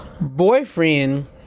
Boyfriend